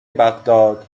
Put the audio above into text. بغداد